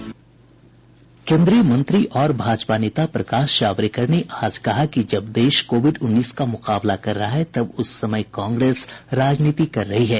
केन्द्रीय मंत्री और भाजपा नेता प्रकाश जावड़ेकर ने आज कहा कि जब देश कोविड उन्नीस का मुकाबला कर रहा है उस समय कांग्रेस राजनीति कर रही है